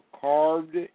carved